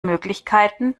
möglichkeiten